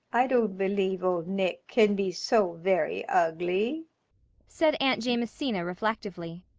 i don't believe old nick can be so very, ugly said aunt jamesina reflectively.